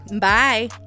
Bye